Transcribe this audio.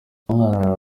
umwana